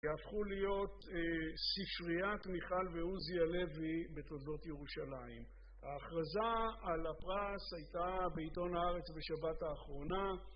יהפכו להיות ספריית מיכל ועוזי הלוי בתולדות ירושלים. ההכרזה על הפרס הייתה בעיתון הארץ בשבת האחרונה.